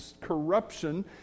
corruption